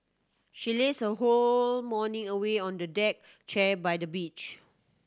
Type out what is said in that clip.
she lazed her whole morning away on a deck chair by the beach